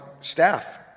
staff